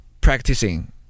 practicing